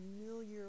familiar